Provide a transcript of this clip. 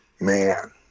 Man